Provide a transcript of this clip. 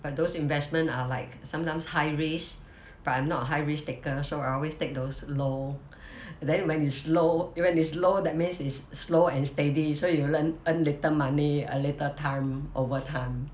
but those investment are like sometimes high risk but I'm not a high risk taker so I always take those low then when it's low when it's low that means it's slow and steady so you learn earn little money a little time over time